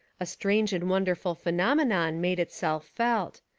a strange and wonderful phenomenon made it self felt.